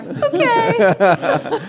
Okay